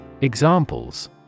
Examples